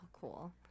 cool